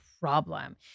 problem